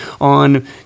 on